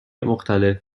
مختلف